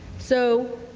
so